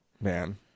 man